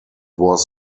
was